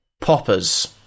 Poppers